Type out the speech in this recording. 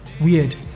weird